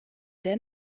der